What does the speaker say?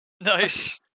Nice